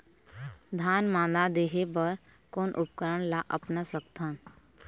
धान मादा देहे बर कोन उपकरण ला अपना सकथन?